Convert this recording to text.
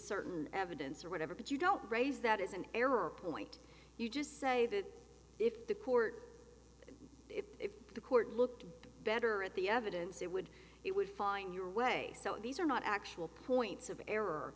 certain evidence or whatever but you don't raise that is an error point you just say that if the court if the court looked better at the evidence they would it would find your way so these are not actual points of error